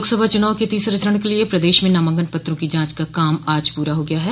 लोकसभा चुनाव के तीसरे चरण के लिये प्रदेश में नामांकन पत्रों की जांच का काम आज पूरा हो गया है